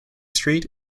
street